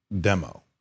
demo